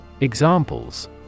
Examples